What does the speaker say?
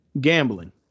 gambling